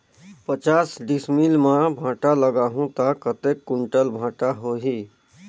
पचास डिसमिल मां भांटा लगाहूं ता कतेक कुंटल भांटा होही?